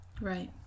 right